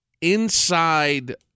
inside